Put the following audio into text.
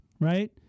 right